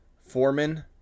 Foreman